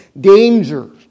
danger